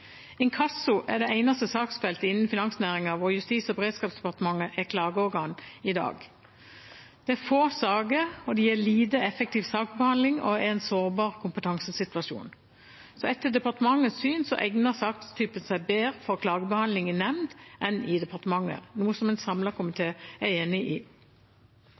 Inkasso er det eneste saksfeltet innen finansnæringen hvor Justis- og beredskapsdepartementet er klageorgan i dag. Det er få saker, og det gir lite effektiv saksbehandling og en sårbar kompetansesituasjon. Etter departementets syn egner sakstypen seg bedre for klagebehandling i nemnd enn i departementet, noe en samlet komité er enig i.